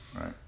right